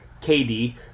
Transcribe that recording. KD